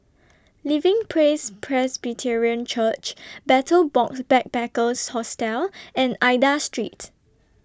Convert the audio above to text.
Living Praise Presbyterian Church Betel Box Backpackers Hostel and Aida Street